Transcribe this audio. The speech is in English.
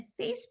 facebook